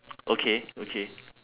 okay okay